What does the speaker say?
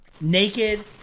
Naked